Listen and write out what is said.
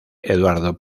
eduardo